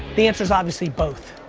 the answer is obviously both.